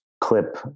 clip